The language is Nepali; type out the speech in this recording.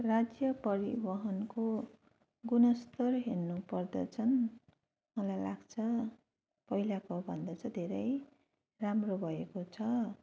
राज्य परिवहनको गुणस्तर हेर्नु पर्दा चाहिँ मलाई लाग्छ पहिलाको भन्दा चाहिँ धेरै राम्रो भएको छ